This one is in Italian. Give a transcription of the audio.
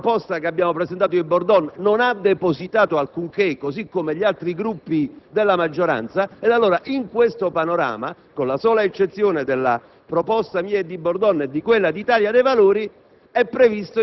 la proposta che abbiamo presentato io ed il senatore Bordon, non ha depositato alcunché, così come gli altri Gruppi della maggioranza. In questo panorama, con la sola eccezione della proposta mia e del senatore Bordon e di quella dell'Italia dei Valori,